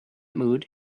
mood